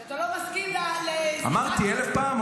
אתה לא מסכים --- אמרתי אלף פעם.